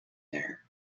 there